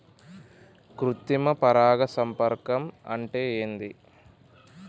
కృత్రిమ పరాగ సంపర్కం అంటే ఏంది?